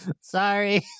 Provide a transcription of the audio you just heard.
Sorry